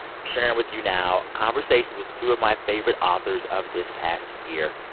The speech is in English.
i'm sharing with you now conversations with two of my favorite authors of this past year.